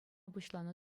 пуҫланӑ